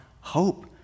hope